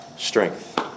Strength